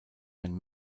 ein